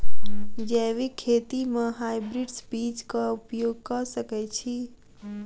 जैविक खेती म हायब्रिडस बीज कऽ उपयोग कऽ सकैय छी?